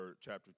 chapter